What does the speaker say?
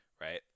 right